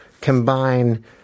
combine